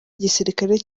igisirikare